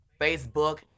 Facebook